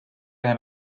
ühe